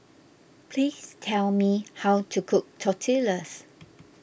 please tell me how to cook Tortillas